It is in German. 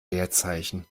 leerzeichen